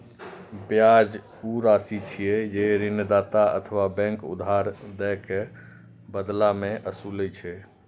ब्याज ऊ राशि छियै, जे ऋणदाता अथवा बैंक उधार दए के बदला मे ओसूलै छै